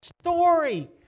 story